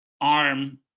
arm